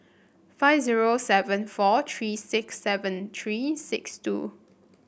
five zero seven four three six seven three six two